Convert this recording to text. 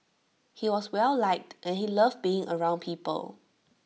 he was well liked and he loved being around people